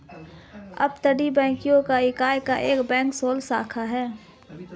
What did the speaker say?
अपतटीय बैंकिंग इकाई एक बैंक शेल शाखा है